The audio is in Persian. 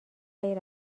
غیر